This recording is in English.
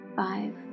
five